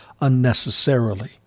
unnecessarily